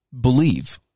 believe